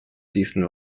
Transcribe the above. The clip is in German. diesen